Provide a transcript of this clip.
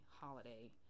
holiday